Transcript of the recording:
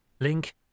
Link